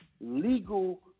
legal